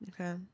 Okay